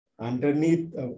underneath